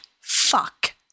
fuck